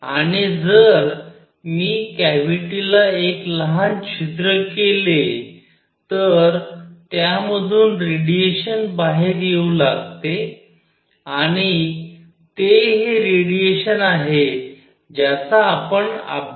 आणि जर मी कॅव्हिटीला एक लहान छिद्र केले तर त्यामधून रेडिएशन बाहेर येऊ लागते आणि ते हे रेडिएशन आहे ज्याचा आपण अभ्यास करतो